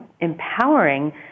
empowering